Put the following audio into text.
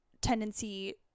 tendency